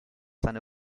seine